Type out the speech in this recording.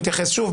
הוא יתייחס שוב,